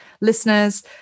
listeners